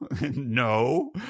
no